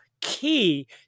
key